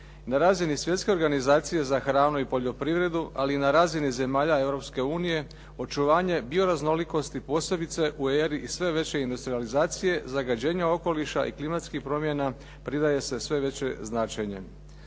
Na razini Svjetske organizacije za hranu i poljoprivredu ali i na razini zemalja Europske unije očuvanje bioraznolikosti posebice u eri i sve veće industrijalizacije, zagađenja okoliša i klimatskih promjena pridaje se sve veće značenje.